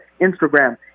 instagram